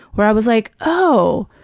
where i was like, oh,